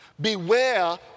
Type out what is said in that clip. Beware